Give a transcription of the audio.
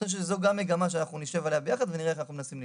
אני חושב שזו גם מגמה שנשב עליה יחד ונראה איך אנחנו פותרים אותה.